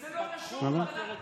זה לא קשור, מיילים